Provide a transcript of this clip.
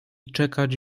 czekać